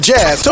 Jazz